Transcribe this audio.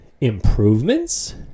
improvements